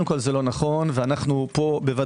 קודם כל זה לא נכון ואנו פה בוועדת